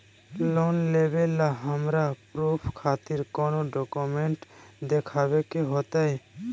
Loan लेबे ला हमरा प्रूफ खातिर कौन डॉक्यूमेंट देखबे के होतई?